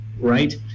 right